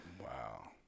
Wow